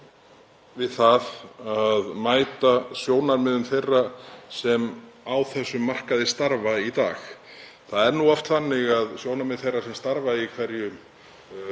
til við að mæta sjónarmiðum þeirra sem á þessum markaði starfa í dag? Það er nú oft þannig að sjónarmið þeirra sem starfa í hverjum